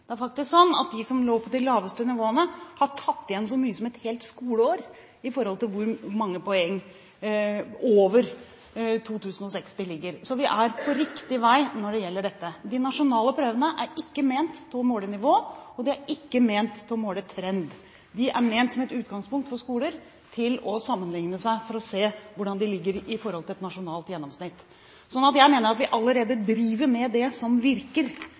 Det er faktisk sånn at de som lå på de laveste nivåene, har tatt igjen så mye som et helt skoleår i forhold til hvor mange poeng over 2006 de ligger. Så vi er på riktig vei når det gjelder dette. De nasjonale prøvene er ikke ment å måle nivå, og de er ikke ment å måle trend. De er ment som et utgangspunkt for skoler til å sammenligne seg for å se hvordan de ligger an i forhold til et nasjonalt gjennomsnitt. Så jeg mener at vi allerede driver med det som virker,